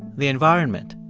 the environment,